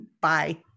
Bye